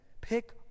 Pick